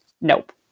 nope